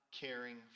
caring